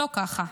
לא ככה.